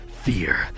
fear